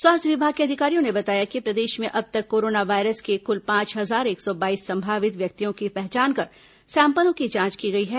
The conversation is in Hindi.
स्वास्थ्य विभाग के अधिकारियों ने बताया कि प्रदेश में अब तक कोरोना वायरस के कुल पांच हजार एक सौ बाईस संभावित व्यक्तियों की पहचान कर सैंपलों की जांच की गई हैं